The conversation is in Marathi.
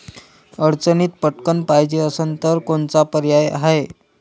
अडचणीत पटकण पायजे असन तर कोनचा पर्याय हाय?